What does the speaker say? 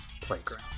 playground